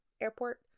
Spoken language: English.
Airport